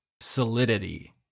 solidity